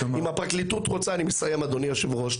אם הפרקליטות רוצה - אני מסיים אדוני היושב ראש,